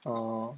orh